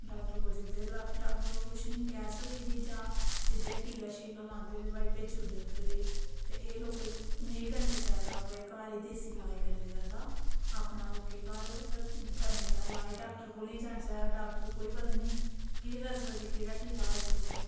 doctor कोल जंदे ते टॉक्टर बी जां गैस दा टीका लांदे ते भेजी ओड़दे घरै गी ते एह् लोकें नेईं करना चाहिदा घर गै देसी लाज करना चाहिदा अपना लाज घर करना चाहिदा डॉक्टर कोल निं जाना चाहिदा डॉक्टर पता निं केह् करी सकदे केह्ड़ा टीका लाई दिंदे